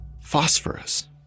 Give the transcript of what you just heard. Phosphorus